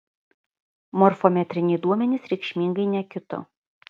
morfometriniai rodmenys reikšmingai nekito